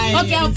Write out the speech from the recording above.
okay